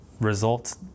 results